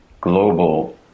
global